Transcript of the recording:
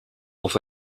auf